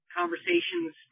conversations